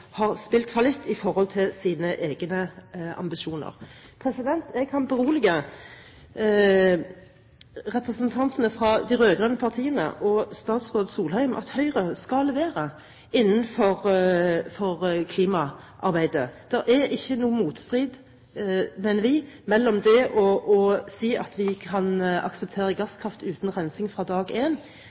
har spilt fallitt i forhold til sine egne ambisjoner. Jeg kan berolige representantene fra de rød-grønne partiene og statsråd Solheim med at Høyre skal levere innenfor klimaarbeidet. Det er ikke noen motstrid, mener vi, mellom det å si at vi kan akseptere gasskraft uten rensing fra dag én og samtidig være tydelige på at vi er en